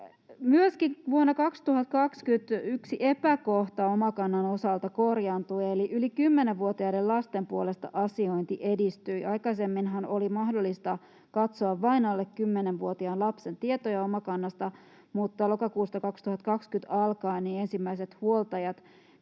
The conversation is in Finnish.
Myöskin vuonna 2021 epäkohta Omakannan osalta korjaantui, eli yli 10-vuotiaiden lasten puolesta asiointi edistyi. Aikaisemminhan oli mahdollista katsoa vain alle 10-vuotiaan lapsen tietoja Omakannasta, mutta lokakuusta 2020 alkaen ensimmäiset huoltajat pystyivät